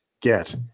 get